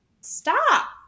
stop